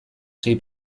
sei